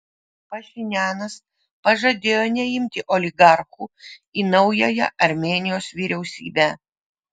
pašinianas pažadėjo neimti oligarchų į naująją armėnijos vyriausybę